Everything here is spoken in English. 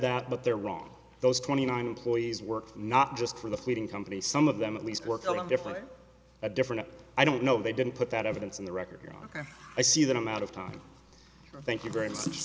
that but they're wrong those twenty nine employees work not just for the feeding companies some of them at least work on different a different i don't know they didn't put that evidence in the record here ok i see that amount of time thank you very much